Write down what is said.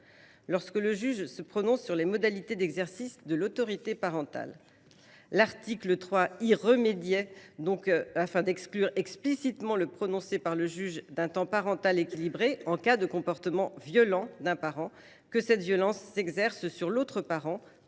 lorsque le juge se prononce sur les modalités d’exercice de l’autorité parentale. L’article 3 y remédiait, en excluant explicitement le prononcé par le juge d’un temps parental équilibré en cas de comportement violent d’un parent, que cette violence s’exerce sur l’autre parent